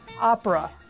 opera